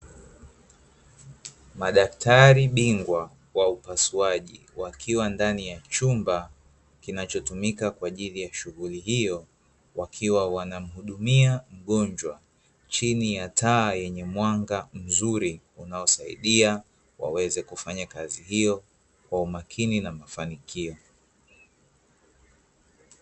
Madaktari bingwa wa upasuaji wakiwa ndani ya chumba, kinachotumika kwa ajili ya shughuli hiyo wakiwa wanamuhudumia mgonjwa chini ya taa yenye mwanga mzuri unaosaidia waweze kufanya kazi hio kwa umakini na mafanikio.